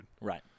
right